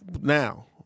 now